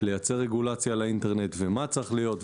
לייצר רגולציה לאינטרנט ומה צריך להיות,